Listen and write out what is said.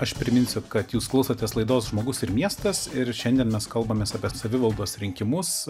aš priminsiu kad jūs klausotės laidos žmogus ir miestas ir šiandien mes kalbamės apie savivaldos rinkimus